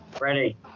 ready